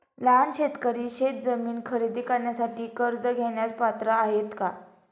लहान शेतकरी शेतजमीन खरेदी करण्यासाठी कर्ज घेण्यास पात्र आहेत का?